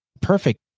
perfect